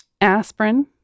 aspirin